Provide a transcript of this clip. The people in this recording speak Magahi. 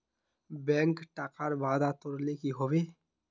बैंक टाकार वादा तोरले कि हबे